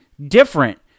different